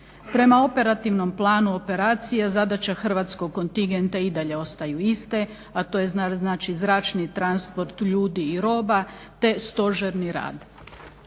Prema operativnom planu operacija zadaća hrvatskog kontingenta i dalje ostaju iste, a to je znači zračni transport ljudi i roba, te stožerni rad.